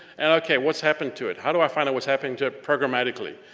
and okay, what's happened to it? how do i find out what's happening to it programmatically?